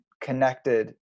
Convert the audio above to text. connected